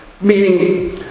Meaning